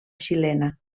xilena